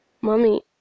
Mummy